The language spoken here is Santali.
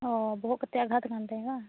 ᱚ ᱵᱚᱦᱚᱜ ᱠᱟᱹᱴᱤᱡ ᱟᱜᱷᱟᱛ ᱟᱠᱟᱱ ᱛᱟᱭᱟ ᱵᱟᱝ